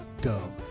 go